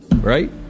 Right